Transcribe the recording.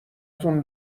تون